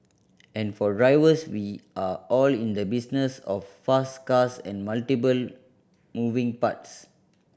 and for drivers we are all in the business of fast cars and multiple moving parts